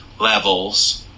levels